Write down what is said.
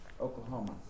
Oklahoma